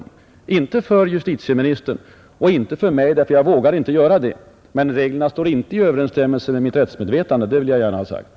Det förhåller sig inte på det sättet för justitieministern och inte för mig — jag vågar inte handla så — men jag vill gärna ha sagt, att reglerna inte står i överensstämmelse med mitt sunda förnuft och mitt rättsmedvetande.